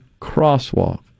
crosswalk